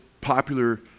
popular